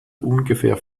ungefähr